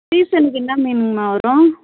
சீசனுக்கு என்ன மீனுங்க வரும்